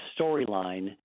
storyline